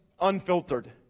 unfiltered